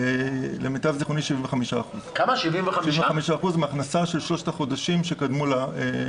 למיטב זכרוני 75% מהכנסה של שלושת החודשים שקדמו למקרה.